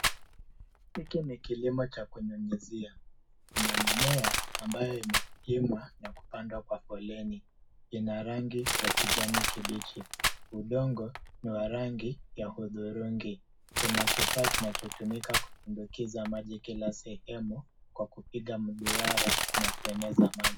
Hiki ni kilimo cha kunyunyizia na mimea ambayo imepimwa na kupandwa kwa foleni. Ina rangi ya kijani kibichi, udongo ni wa rangi ya hudhurungi. Kuna kifaa kinachotumika kutumbukiza maji kila sehemu kwa kupiga mduara na kueneza maji.